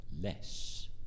less